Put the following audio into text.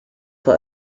for